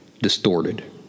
distorted